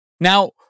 Now